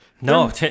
no